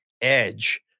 edge